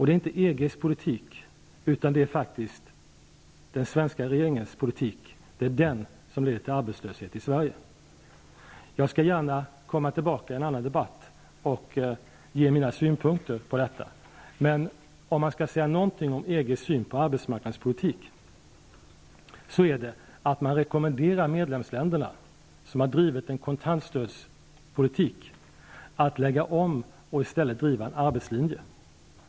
Det är inte EG:s politik, utan det är den svenska regeringens politik, som leder till arbetslöshet i Sverige. Jag skall gärna komma tillbaka i en annan debatt och ge mina synpunkter på detta. Om jag skall säga någonting om EG:s syn på arbetsmarknadspolitik, är det att man rekommenderar medlemsländerna, som har drivit en kontantstödspolitik, att lägga om och i stället driva en arbetslinje.